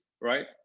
right